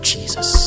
Jesus